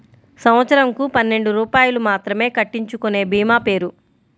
సంవత్సరంకు పన్నెండు రూపాయలు మాత్రమే కట్టించుకొనే భీమా పేరు?